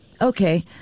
Okay